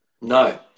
No